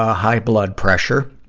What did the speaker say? ah high blood pressure,